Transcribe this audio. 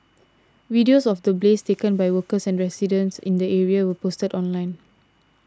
videos of the blaze taken by workers and residents in the area were posted online